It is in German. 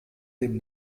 dem